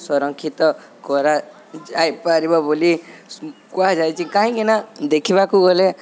ସଂରକ୍ଷିତ କରାଯାଇପାରିବ ବୋଲି କୁହାଯାଇଛି କାହିଁକି ନା ଦେଖିବାକୁ ଗଲେ